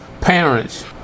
parents